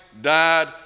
died